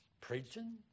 preaching